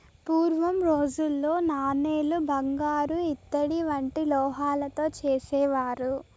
పూర్వం రోజుల్లో నాణేలు బంగారు ఇత్తడి వంటి లోహాలతో చేసేవారు